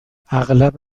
اغلب